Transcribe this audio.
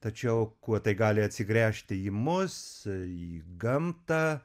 tačiau kuo tai gali atsigręžti į mus į gamtą